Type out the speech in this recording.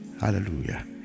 Hallelujah